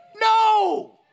No